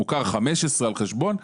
מוכר 15 על חשבון,